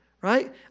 right